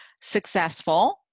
successful